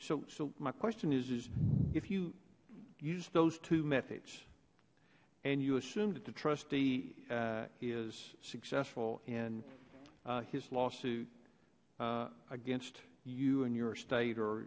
so my question is is if you use those two methods and you assume that the trustee is successful in his lawsuit against you and your state or